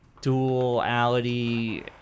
duality